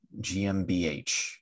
GmbH